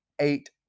eight